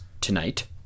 tonight